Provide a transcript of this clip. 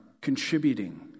contributing